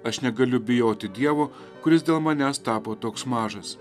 aš negaliu bijoti dievo kuris dėl manęs tapo toks mažas